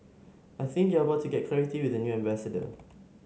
I think you are about to get clarity with the new ambassador